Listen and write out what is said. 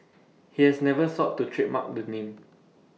he has never sought to trademark the name